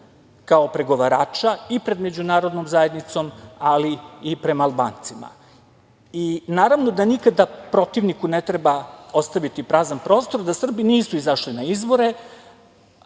kao pregovarača i pred međunarodnom zajednicom ali i prema Albancima. Naravno da nikada protivniku ne treba ostaviti prazan prostor, da Srbi nisu izašli na izbore